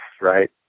right